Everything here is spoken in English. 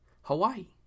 Hawaii